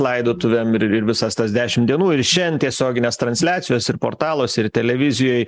laidotuvėm ir ir visas tas dešim dienų ir šian tiesioginės transliacijos ir portaluose ir televizijoj